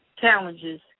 challenges